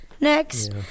next